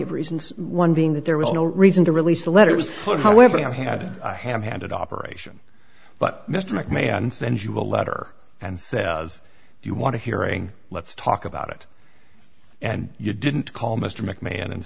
of reasons one being that there was no reason to release the letters put however i had a ham handed operation but mr mcmahon sends you a letter and says you want to hearing let's talk about it and you didn't call mr mcmahon and